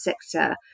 sector